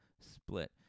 split